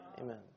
Amen